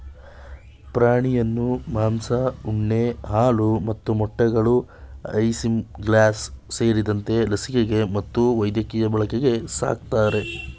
ಪ್ರಾಣಿಯನ್ನು ಮಾಂಸ ಉಣ್ಣೆ ಹಾಲು ಮತ್ತು ಮೊಟ್ಟೆಗಳು ಐಸಿಂಗ್ಲಾಸ್ ಸೇರಿದಂತೆ ಲಸಿಕೆ ಮತ್ತು ವೈದ್ಯಕೀಯ ಬಳಕೆಗೆ ಸಾಕ್ತರೆ